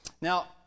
Now